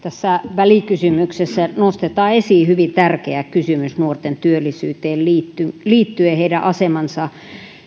välikysymyksessä nostetaan esiin hyvin tärkeä kysymys nuorten työllisyyteen liittyen heidän asemansa